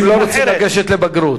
כי הם לא רוצים לגשת לבגרות.